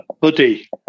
Buddy